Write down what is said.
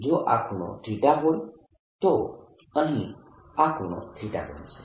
જો આ ખૂણો θ હોય તો અહીં આ ખૂણો બનશે